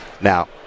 Now